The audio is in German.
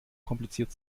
kompliziert